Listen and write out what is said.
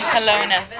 Kelowna